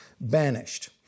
banished